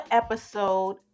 episode